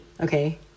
okay